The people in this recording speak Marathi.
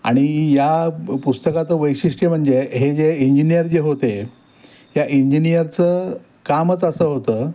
आणि या प पुस्तकाचं वैशिष्ट्य म्हणजे हे जे इंजिनियर जे होते या इंजिनियरचं कामच असं होतं